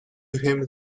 him